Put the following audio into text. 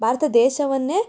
Bharat ದೇಶವನ್ನೇ